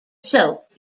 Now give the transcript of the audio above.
soap